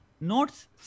Notes